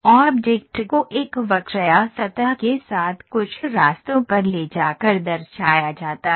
object को एक वक्र या सतह के साथ कुछ रास्तों पर ले जाकर दर्शाया जाता है